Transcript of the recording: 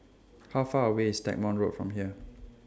How Far away IS Stagmont Road from here